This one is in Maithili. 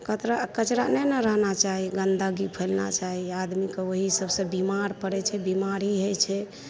कतरा कचरा नहि ने रहना चाही गन्दगी फैलना चाही आदमी ओहि सबसँ बिमार पड़ैत छै बीमारी होइत छै